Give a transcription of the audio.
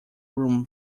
room